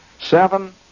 seven